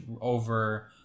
over